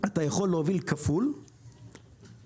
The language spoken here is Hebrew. יכול להוביל כפול עם נהג אחד,